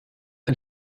ein